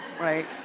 right?